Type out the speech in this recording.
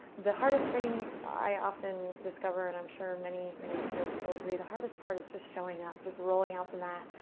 the hardest thing i often discover, and i'm sure many many yogis will agree, the hardest part is just showing up just rolling out the mat,